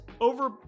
Over